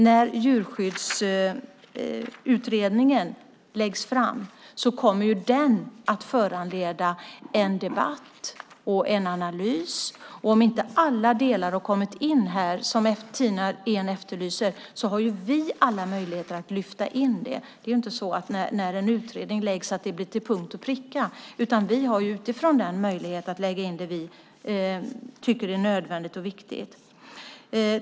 När djurskyddsutredningen läggs fram kommer den att föranleda en debatt och en analys. Om inte alla delar som Tina Ehn efterlyser har kommit med i den har vi alla möjligheter att lyfta in det. Det är inte så att allt finns med i en utredning till punkt och pricka, utan vi har möjlighet att lägga in det som vi tycker är nödvändigt och viktigt.